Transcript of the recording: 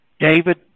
David